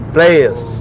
Players